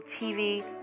TV